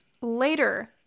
Later